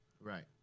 Right